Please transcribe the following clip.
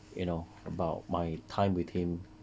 you know about my time with him